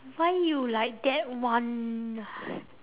why you like that [one]